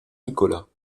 nicolas